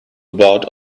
about